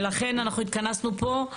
ולכן אנחנו התכנסנו פה.